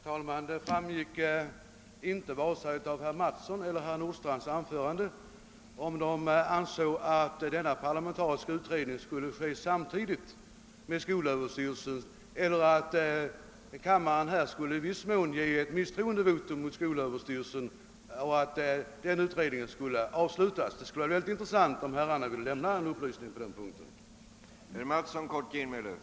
Herr talman! Varken av herr Mattssons eller herr Nordstrandhs anföranden framgick om de ansåg att denna parlamentariska utredning skulle arbeta samtidigt med skolöverstyrelsens utredning eller om riksdagen skulle ge skolöverstyrelsen ett misstroendevotum och dess utredning avslutas. Det skulle vara intressant om herrarna ville lämna en upplysning på den punkten.